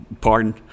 Pardon